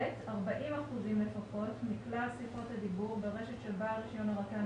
40 אחוזים לפחות מכלל שיחות הדיבור ברשת של בעל רישיון הרט"ן